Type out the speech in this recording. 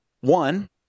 one